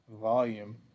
volume